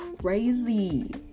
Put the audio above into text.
crazy